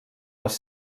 les